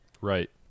Right